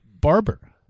barber